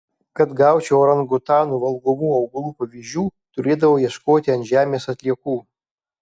kad gaučiau orangutanų valgomų augalų pavyzdžių turėdavau ieškoti ant žemės atliekų